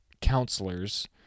counselors